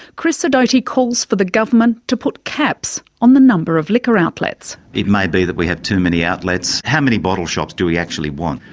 chris sidoti calls for the government to put caps on the number of liquor outlets. it may be that we have too many outlets. how many bottle shops do we actually want?